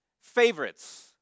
favorites